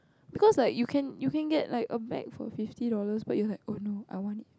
because like you can you can get like a bag for fifty dollars but you're like oh no I want it